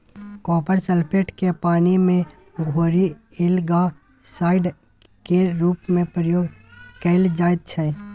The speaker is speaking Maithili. कॉपर सल्फेट केँ पानि मे घोरि एल्गासाइड केर रुप मे प्रयोग कएल जाइत छै